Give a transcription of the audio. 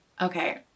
Okay